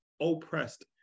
oppressed